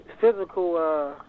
physical